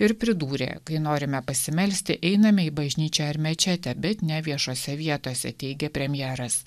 ir pridūrė kai norime pasimelsti einame į bažnyčią ar mečetę bet ne viešose vietose teigė premjeras